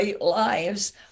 lives